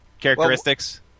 characteristics